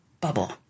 bubble